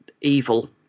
evil